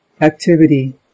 activity